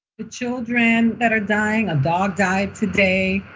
the children that are dying a dog died today.